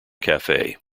cafe